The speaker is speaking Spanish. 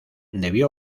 debió